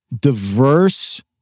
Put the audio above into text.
diverse